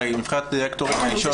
הרי נבחרת הדירקטורים --- אין לנו.